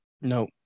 no